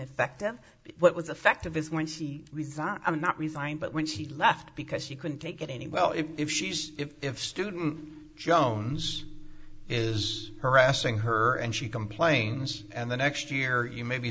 effective what was effect of his when she resigned i'm not resigned but when she left because she couldn't take it any well if she's if student jones is harassing her and she complains and the next year you maybe